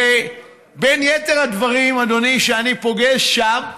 ובין יתר הדברים, אדוני, שאני פוגש שם,